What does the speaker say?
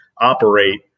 operate